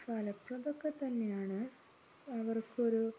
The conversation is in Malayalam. ഫലപ്രദമൊക്കെ തന്നെയാണ് അവർക്കൊരു